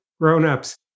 grown-ups